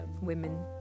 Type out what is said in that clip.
women